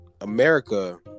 America